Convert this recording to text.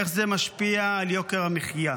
איך זה משפיע על יוקר המחיה?